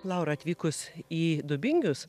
laura atvykus į dubingius